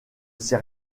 sait